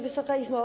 Wysoka Izbo!